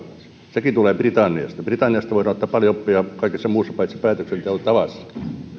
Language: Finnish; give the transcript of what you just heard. sekin tulee britanniasta britanniasta voidaan ottaa paljon oppia kaikessa muussa paitsi päätöksenteon